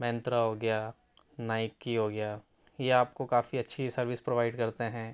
مینترا ہو گیا نائکی ہو گیا یہ آپ کو کافی اچھی سروس پرووائیڈ کرتے ہیں